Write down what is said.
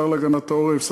השר להגנת העורף,